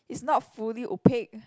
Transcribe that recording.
it's not fully opaque